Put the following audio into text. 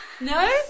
No